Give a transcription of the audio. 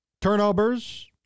Turnovers